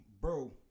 Bro